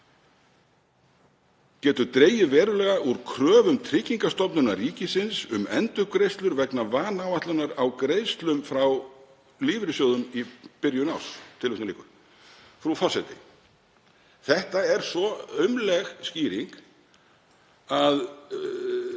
getur dregið verulega úr kröfum Tryggingastofnunar ríkisins um endurgreiðslur vegna vanáætlunar á greiðslum frá lífeyrissjóðum í byrjun árs.“ Frú forseti. Þetta er svo aumleg skýring að